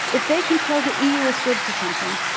if they can show the e. u. is good for something,